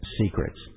secrets